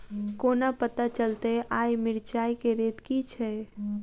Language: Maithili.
कोना पत्ता चलतै आय मिर्चाय केँ रेट की छै?